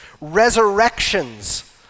resurrections